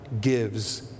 gives